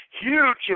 huge